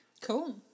cool